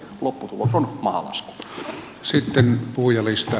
lopputulos on mahalasku